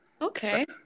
Okay